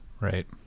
Right